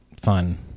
fun